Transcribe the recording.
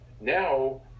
Now